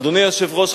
אדוני היושב-ראש,